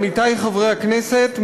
עמיתי חברי הכנסת,